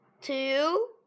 two